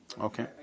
Okay